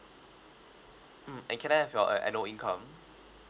mm and can I have your uh annual income